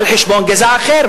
על חשבון גזע אחר,